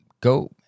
go